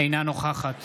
אינה נוכחת